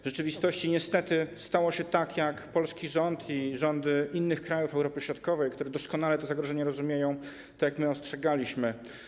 W rzeczywistości niestety stało się tak, jak polski rząd i rządy innych krajów Europy Środkowej, które doskonale to zagrożenie rozumieją, ostrzegały, tak jak my ostrzegaliśmy.